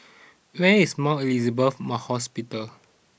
where is Mount Elizabeth Mah Hospital